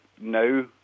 Now